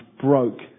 broke